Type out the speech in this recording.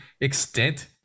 extent